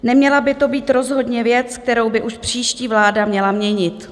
Neměla by to být rozhodně věc, kterou by už příští vláda měla měnit.